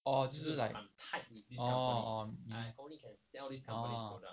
orh 就是 like orh orh mm orh